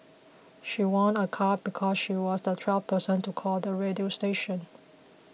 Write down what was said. she won a car because she was the twelfth person to call the radio station